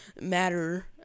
matter